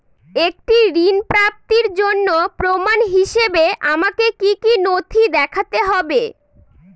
একটি ঋণ প্রাপ্তির জন্য প্রমাণ হিসাবে আমাকে কী কী নথি দেখাতে হবে?